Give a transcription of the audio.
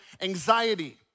anxiety